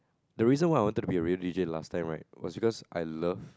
the reason why I wanted to be a radio D_J last time right was because I love